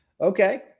Okay